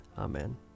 Amen